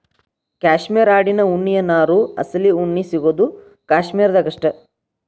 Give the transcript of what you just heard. cashmere ಆಡಿನ ಉಣ್ಣಿಯ ನಾರು ಅಸಲಿ ಉಣ್ಣಿ ಸಿಗುದು ಕಾಶ್ಮೇರ ದಾಗ ಅಷ್ಟ